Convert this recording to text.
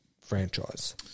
franchise